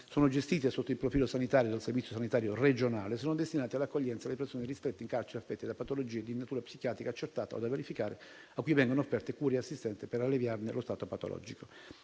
sono gestite sotto il profilo sanitario dal servizio sanitario regionale e sono destinate all'accoglienza delle persone ristrette in carcere affette da patologie di natura psichiatrica accertata o da verificare, a cui vengono offerte cure e assistenza per alleviarne lo stato patologico.